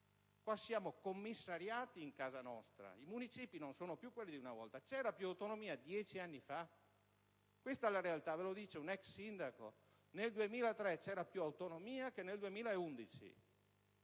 qua siamo «commissariati in casa nostra». I Municipi non sono più quelli di una volta: c'era più autonomia dieci anni fa. Questa è la realtà, e ve lo dice un ex sindaco: nel 2003 c'era più autonomia che nel 2011.